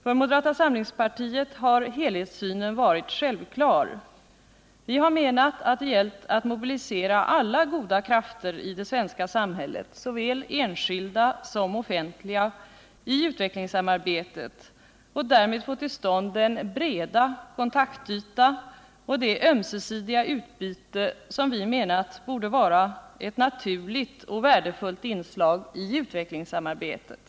För moderata samlingspartiet har helhetssynen varit självklar. Vi har menat att det gällt att mobilisera alla goda krafter i det svenska samhället, såväl enskilda som offentliga, i utvecklingssamarbetet och därmed få till stånd den breda kontaktyta och det ömsesidiga utbyte som vi menat borde vara ett naturligt och värdefullt inslag i utvecklingssamarbetet.